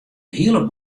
hiele